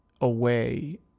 away